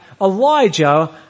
Elijah